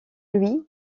louis